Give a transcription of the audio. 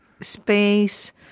space